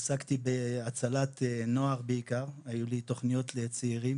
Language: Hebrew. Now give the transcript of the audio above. עסקתי בהצלת נוער בעיקר, היו לי תוכניות לצעירים